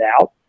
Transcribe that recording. out